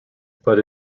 but